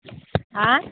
ऑंय